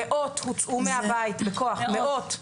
מאות הוצאו מהבית בכוח, מאות.